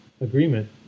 agreement